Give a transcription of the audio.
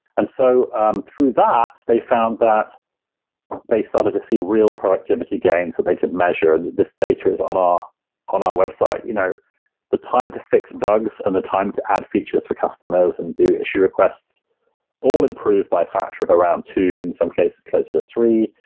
and so um through that, they found that they started to see real productivity gains that they could measure, and this data is on our on our website. you know the time to fix bugs and the time to add features for customers and do issue requests all improved by a factor of around two, in some cases closer to three.